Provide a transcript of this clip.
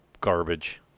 garbage